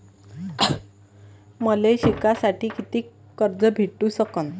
मले शिकासाठी कितीक कर्ज भेटू सकन?